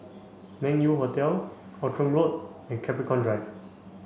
Meng Yew Hotel Outram Road and Capricorn Drive